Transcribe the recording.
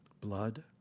Blood